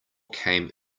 came